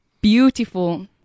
beautiful